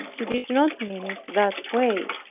he did not mean it that way.